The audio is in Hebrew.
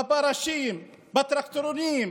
בפרשים, בטרקטורונים,